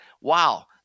wow